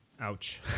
ouch